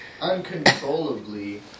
uncontrollably